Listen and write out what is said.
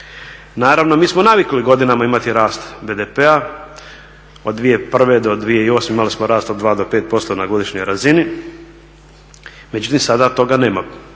Naravno, mi smo navikli godinama imati rast BDP-a. Od 2001. do 2008. imali smo rast od 2 do 5% na godišnjoj razini, međutim sada toga nema,